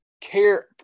care